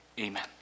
Amen